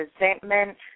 resentment